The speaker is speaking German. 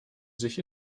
sich